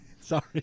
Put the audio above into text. Sorry